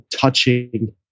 touching